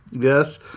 yes